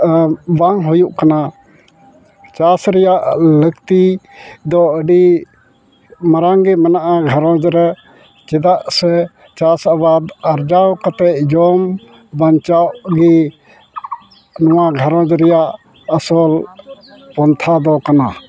ᱵᱟᱝ ᱦᱩᱭᱩᱜ ᱠᱟᱱᱟ ᱪᱟᱥ ᱨᱮᱭᱟᱜ ᱞᱟᱹᱠᱛᱤ ᱫᱚ ᱟᱹᱰᱤ ᱢᱟᱨᱟᱝᱜᱮ ᱢᱮᱱᱟᱜᱼᱟ ᱜᱷᱟᱨᱚᱸᱡᱽ ᱨᱮ ᱪᱮᱫᱟᱜ ᱥᱮ ᱪᱟᱥ ᱟᱵᱟᱫᱽ ᱟᱨᱡᱟᱣ ᱠᱟᱛᱮᱫ ᱡᱚᱢ ᱵᱟᱧᱪᱟᱣᱚᱜ ᱜᱮ ᱱᱚᱣᱟ ᱜᱦᱟᱨᱚᱸᱡᱽ ᱨᱮᱭᱟᱜ ᱟᱥᱚᱞ ᱯᱟᱱᱛᱷᱟ ᱫᱚ ᱠᱟᱱᱟ